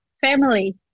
family